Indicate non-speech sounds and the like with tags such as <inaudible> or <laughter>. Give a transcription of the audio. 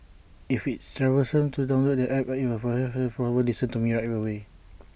if it's troublesome to download the App I <unintelligible> her forward listen to me A right away